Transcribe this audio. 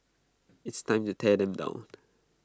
it's time to tear them down